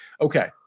Okay